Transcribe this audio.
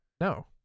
No